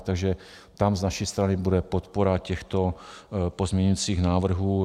Takže tam z naší strany bude podpora těchto pozměňujících návrhů.